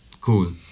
Cool